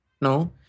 No